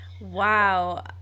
Wow